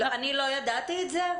אני לא ידעתי את זה?